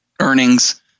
earnings